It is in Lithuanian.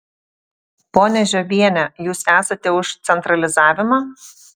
ponia žiobiene jūs esate už centralizavimą